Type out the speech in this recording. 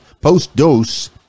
post-dose